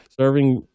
serving